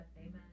Amen